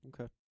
okay